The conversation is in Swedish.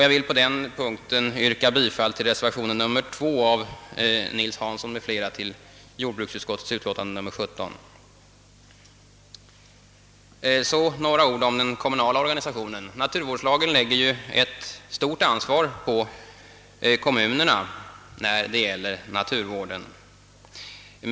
Jag vill på denna punkt yrka bifall Så några ord om den kommunala organisationen, Naturvårdslagen lägger ju stort ansvar på kommunerna när det gäller naturvården.